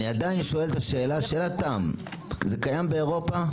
שאלת תם - זה קיים באירופה?